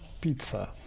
pizza